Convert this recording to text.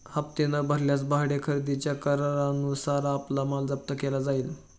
हप्ते न भरल्यास भाडे खरेदीच्या करारानुसार आपला माल जप्त केला जाईल